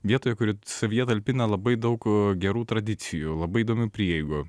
vietoje kuri savyje talpina labai daug gerų tradicijų labai įdomių prieigų